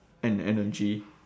and energy